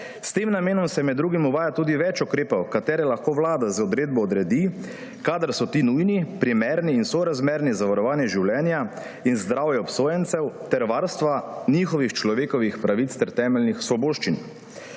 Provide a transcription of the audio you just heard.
S tem namenom se med drugim uvaja tudi več ukrepov, ki jih lahko Vlada z odredbo odredi, kadar so ti nujni, primerni in sorazmerni za varovanje življenja in zdravja obsojencev ter varstva njihovih človekovih pravic ter temeljnih svoboščin